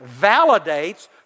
validates